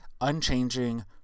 unchanging